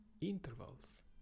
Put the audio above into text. intervals